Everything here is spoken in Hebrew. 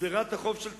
שדרת החוף של תל-אביב.